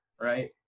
right